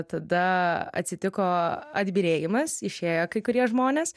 tada atsitiko atbyrėjimas išėjo kai kurie žmonės